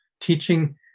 teaching